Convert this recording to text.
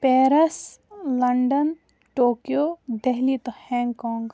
Paris ٲں London Tokyo Delhi تہٕ Hong Kong